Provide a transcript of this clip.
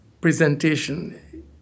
presentation